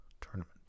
Tournament